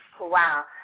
Wow